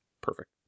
perfect